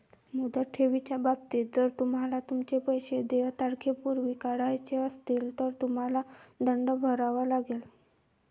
मुदत ठेवीच्या बाबतीत, जर तुम्हाला तुमचे पैसे देय तारखेपूर्वी काढायचे असतील, तर तुम्हाला दंड भरावा लागेल